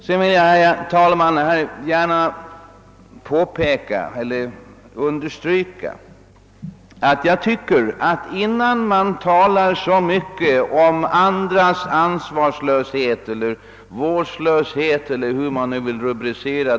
Sedan vill jag, herr talman, gärna understryka att man inte bör tala så mycket om andras ansvarslöshet och vårdslöshet när det gäller konjunkturpolitiken.